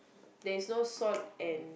there is no salt and